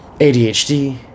ADHD